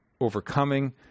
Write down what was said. overcoming